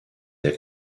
der